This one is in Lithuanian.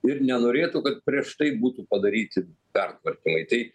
ir nenorėtų kad prieš tai būtų padaryti pertvarkymai